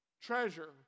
Treasure